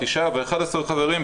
תשעה ו-11 חברים,